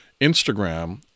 Instagram